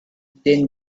din